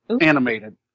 animated